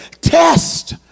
Test